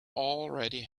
already